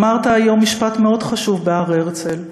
אמרת היום משפט מאוד חשוב בהר-הרצל,